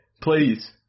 please